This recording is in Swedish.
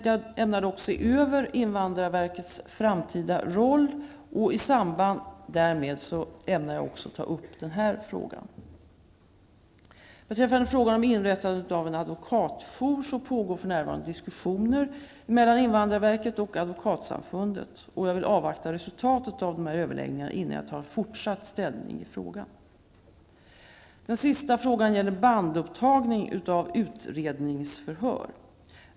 Jag ämnar se över invandrarverkets framtida roll och i samband härmed ämnar jag också ta upp denna fråga. Beträffande frågan om inrättande av en advokatjour pågår för närvarande diskussioner mellan invandrarverket och advokatsamfundet. Jag vill avvakta resultatet av dessa överläggningar innan jag tar forsatt ställning i frågan. Den sista frågan gäller bandupptagning av utredningsförhör.